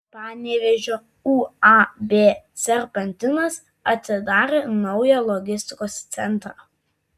panevėžio uab serpantinas atidarė naują logistikos centrą